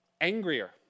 angrier